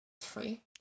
free